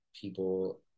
people